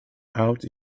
out